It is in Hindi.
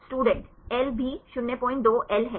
स्टूडेंट L भी 02 L है